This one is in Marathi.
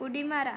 उडी मारा